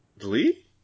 Lee